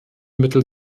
mittel